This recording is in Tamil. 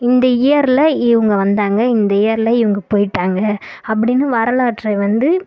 இந்த இயரில் இவங்க வந்தாங்க இந்த இயரில் இவங்க போயிட்டாங்க அப்படின்னு வரலாற்றை வந்து